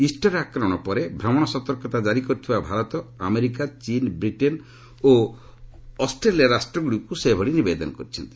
Easter ଆକ୍ରମଣ ପରେ ଭ୍ରମଣ ସତର୍କତା ଜାରି କରିଥିବା ଭାରତ ଆମେରିକା ଚୀନ୍ ବ୍ରିଟେନ ଓ ଅଷ୍ଟ୍ରେଲିଆ ରାଷ୍ଟ୍ରଗୁଡ଼ିକୁ ସେ ଏଭଳି ନିବେଦନ କରିଛନ୍ତି